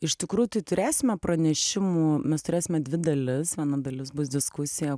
iš tikrųjų tai turėsime pranešimų mes turėsime dvi dalis mano dalis bus diskusija